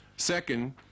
Second